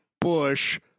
Bush